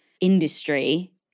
industry